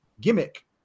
gimmick